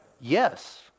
Yes